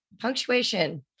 punctuation